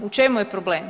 U čemu je problem?